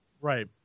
Right